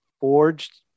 forged